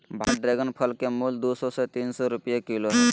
भारत में ड्रेगन फल के मूल्य दू सौ से तीन सौ रुपया किलो हइ